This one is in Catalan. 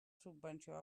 subvenció